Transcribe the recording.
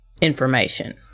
information